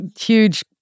huge